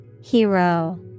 Hero